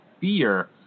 fear